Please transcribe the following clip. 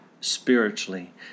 spiritually